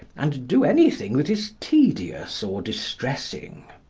and do anything that is tedious or distressing.